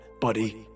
buddy